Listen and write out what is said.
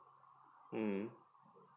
mm